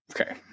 Okay